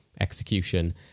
execution